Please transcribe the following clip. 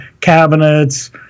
cabinets